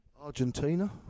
Argentina